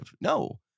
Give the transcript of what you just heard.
No